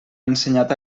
ensenyat